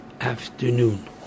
afternoon